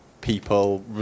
people